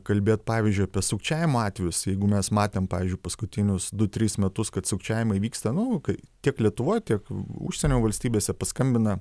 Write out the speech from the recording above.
kalbėt pavyzdžiui apie sukčiavimo atvejus jeigu mes matėm pavyzdžiui paskutinius du tris metus kad sukčiavimai vyksta nu kai tiek lietuvoj tiek užsienio valstybėse paskambina